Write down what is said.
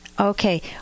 Okay